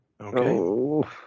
Okay